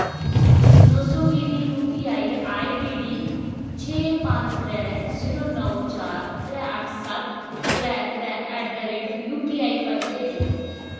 नौ सौ गी दी यूपीआई आईडीडी छे पंज त्रै जीरो नौ चार त्रै अट्ठ सत्त त्रै त्रै एट दा रेट यूपीआई पर भेजो